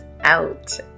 out